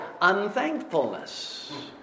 unthankfulness